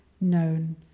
known